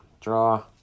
Draw